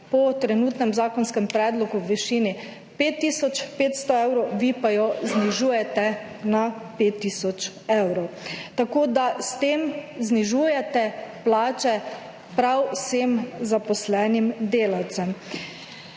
po trenutnem zakonskem predlogu v višini 5 tisoč 500 evrov, vi pa jo znižujete na 5 tisoč evrov. Tako da s tem znižujete plače prav vsem zaposlenim delavcem.